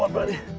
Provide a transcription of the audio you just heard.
um buddy.